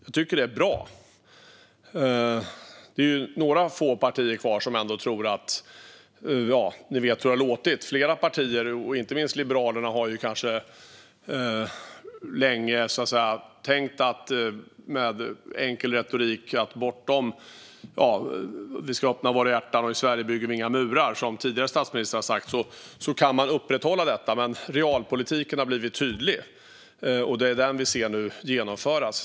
Jag tycker att det är bra men det är några få partier kvar. Vi vet hur det har låtit. Flera partier, inte minst Liberalerna, har länge haft en enkel retorik - att vi ska öppna våra hjärtan och att vi inte bygger några murar i Sverige, som den tidigare statsministern sa. Man har trott att detta kan upprätthållas, men realpolitiken har blivit tydlig. Det är den vi nu ser genomföras.